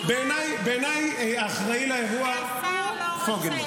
בעיניי האחראי לאירוע -- השר לא רוצה.